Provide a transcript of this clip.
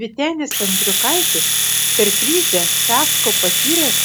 vytenis andriukaitis per krizę fiasko patyręs